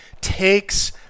takes